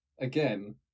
again